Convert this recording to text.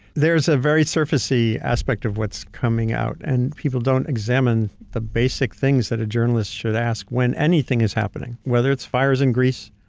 there's a very surface-y aspect of what's coming out, and people don't examine the basic things that a journalist should ask when anything is happening. whether it's fires in greece,